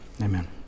Amen